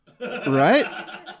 Right